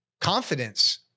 confidence